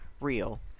real